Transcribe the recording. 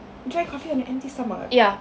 drank coffee on an empty stomach